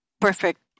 perfect